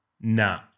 Nah